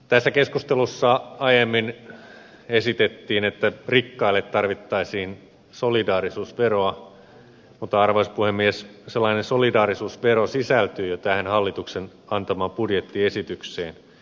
tässä keskustelussa aiemmin esitettiin että rikkaille tarvittaisiin solidaarisuusveroa mutta arvoisa puhemies sellainen solidaarisuusvero sisältyy jo tähän hallituksen antamaan budjettiesitykseen